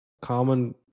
common